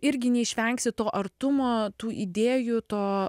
irgi neišvengsi to artumo tų idėjų to